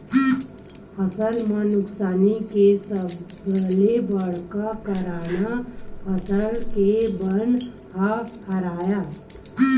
फसल म नुकसानी के सबले बड़का कारन फसल के बन ह हरय